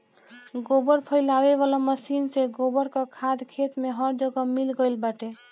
गोबर फइलावे वाला मशीन से गोबर कअ खाद खेत में हर जगह मिल गइल बाटे